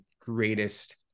greatest